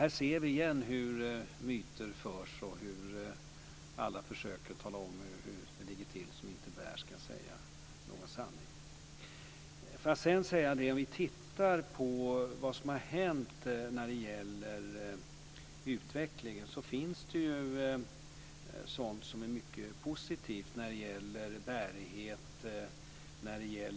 Här ser vi igen hur myter förs fram och hur alla försöker tala om hur det ligger till utan att det finns någon sanning. Om vi tittar på vad som har hänt kan vi se att det finns sådant som är mycket positivt när det gäller bärighet, grusvägnätet etc.